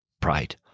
pride